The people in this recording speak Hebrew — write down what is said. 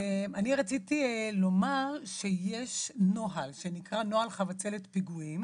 רציתי לומר שיש נוהל שנקרא נוהל חבצלת פיגועים